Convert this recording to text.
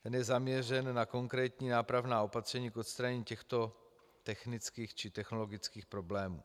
Ten je zaměřen na konkrétní nápravná opatření k odstranění těchto technických či technologických problémů.